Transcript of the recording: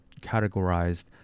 categorized